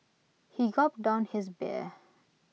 he gulped down his beer